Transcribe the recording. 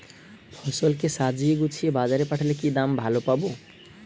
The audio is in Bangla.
ফসল কে সাজিয়ে গুছিয়ে বাজারে পাঠালে কি দাম ভালো পাব?